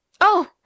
Oh